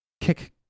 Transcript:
kick